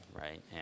right